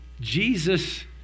Jesus